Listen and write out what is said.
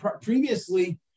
previously